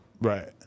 Right